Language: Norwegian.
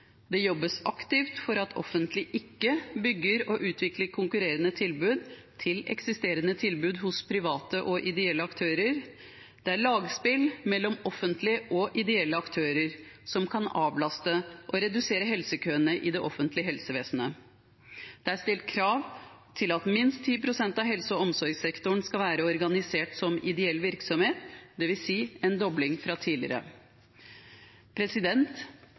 til eksisterende tilbud hos private og ideelle aktører. Det er lagspill mellom offentlige og ideelle aktører, som kan avlaste og redusere helsekøene i det offentlige helsevesenet. Det er stilt krav om at minst 10 pst. av helse- og omsorgssektoren skal være organisert som ideell virksomhet, dvs. en dobling fra tidligere.